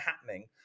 happening